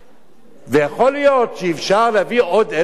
יכול להיות שאפשר להביא עוד 1,000 סטודנטים,